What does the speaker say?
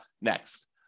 next